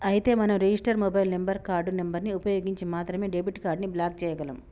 అయితే మనం register mobile number card number ని ఉపయోగించి మాత్రమే డెబిట్ కార్డు ని బ్లాక్ చేయగలం